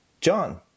John